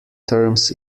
terms